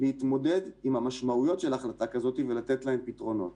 להתמודד עם המשמעויות של החלטה כזאת ולתת להן פתרון.